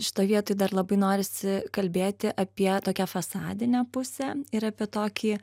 šitoj vietoj dar labai norisi kalbėti apie tokią fasadinę pusę ir apie tokį